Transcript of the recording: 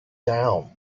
down